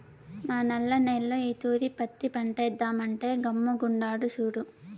మా నల్ల నేల్లో ఈ తూరి పత్తి పంటేద్దామంటే గమ్ముగుండాడు సూడు